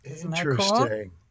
Interesting